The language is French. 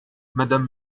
madame